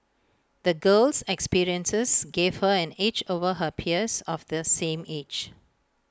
the girl's experiences gave her an edge over her peers of the same age